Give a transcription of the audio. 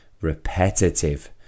repetitive